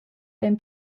ein